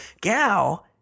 gal